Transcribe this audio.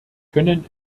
können